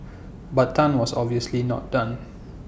but Tan was obviously not done